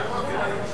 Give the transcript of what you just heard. נתקבל.